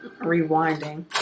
Rewinding